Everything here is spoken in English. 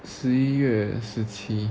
十一月十七